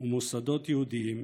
ומוסדות יהודיים,